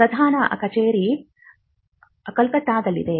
ಪ್ರಧಾನ ಕಚೇರಿ ಕೋಲ್ಕತ್ತಾದಲ್ಲಿದೆ